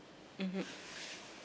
mmhmm